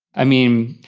i mean,